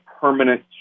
permanent